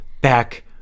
back